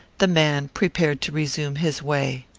the man prepared to resume his way.